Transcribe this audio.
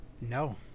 No